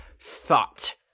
thought